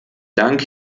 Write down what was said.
dank